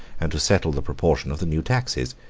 and to settle the proportion of the new taxes.